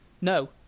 no